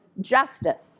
justice